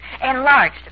enlarged